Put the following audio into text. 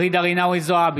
ג'ידא רינאוי זועבי,